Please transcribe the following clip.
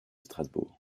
strasbourg